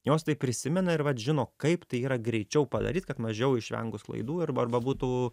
jos tai prisimena ir vat žino kaip tai yra greičiau padaryt kad mažiau išvengus klaidų arba arba būtų